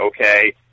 Okay